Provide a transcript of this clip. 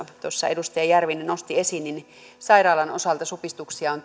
tuossa edustaja järvinen nosti esiin niin sairaalan osalta supistuksia on